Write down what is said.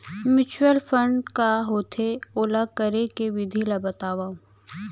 mutual fund का होथे, ओला करे के विधि ला बतावव